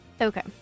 Okay